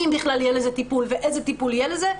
בכלל יהיה לזה טיפול ואיזה טיפול יהיה לזה,